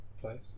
place